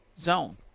zone